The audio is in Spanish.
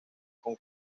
con